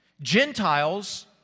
Gentiles